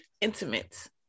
intimate